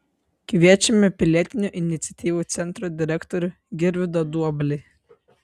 kviečiame pilietinių iniciatyvų centro direktorių girvydą duoblį